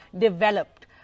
developed